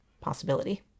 possibility